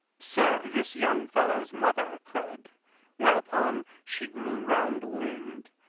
sir, this young fellow's mother could whereupon she grew round-wombed,